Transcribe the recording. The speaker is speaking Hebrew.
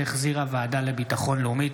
שהחזירה הוועדה לביטחון לאומי.